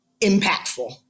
impactful